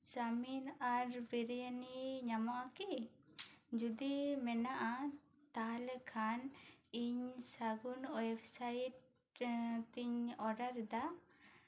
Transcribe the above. chowmein ᱟᱨ ᱵᱤᱨᱭᱟᱱᱤ ᱧᱟᱢᱚᱜᱼᱟ ᱠᱤ ᱡᱩᱫᱤ ᱢᱮᱱᱟᱜᱼᱟ ᱛᱟᱦᱚᱞᱮ ᱠᱷᱟᱱ ᱤᱧ ᱥᱟᱹᱜᱩᱱ ᱚᱭᱮᱵᱽᱥᱟᱭᱤᱴ ᱛᱤᱧ ᱚᱰᱟᱨ ᱮᱫᱟ